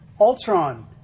Ultron